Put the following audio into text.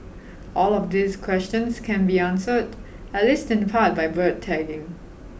all of these questions can be answered at least in part by bird tagging